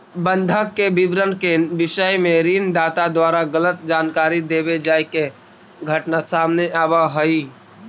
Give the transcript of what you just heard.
बंधक के विवरण के विषय में ऋण दाता द्वारा गलत जानकारी देवे जाए के घटना सामने आवऽ हइ